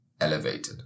elevated